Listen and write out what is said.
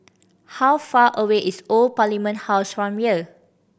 how far away is Old Parliament House from here